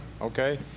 okay